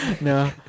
No